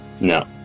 No